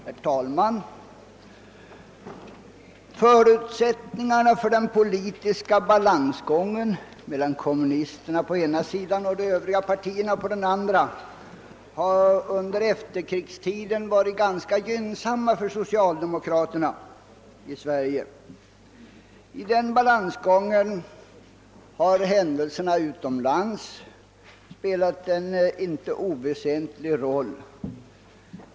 Herr talman! Förutsättningarna för den politiska balansgången mellan kommunisterna å ena sidan och de övriga politiska partierna å den andra har under efterkrigstiden varit ganska gynnsamma för socialdemokraterna i Sverige. Vid den balansgången har händelserna utomlands spelat en inte oväsentlig roll.